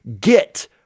get